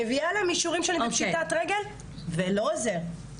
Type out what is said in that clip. מביאה להם אישורים שאני בפשיטת רגל ולא עוזר.